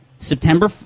September